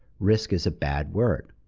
risk is a bad word.